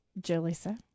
Jelisa